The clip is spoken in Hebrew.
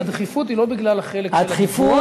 הדחיפות היא לא בגלל החלק של הדיווח,